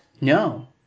no